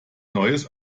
neues